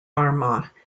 armagh